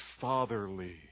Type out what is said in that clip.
fatherly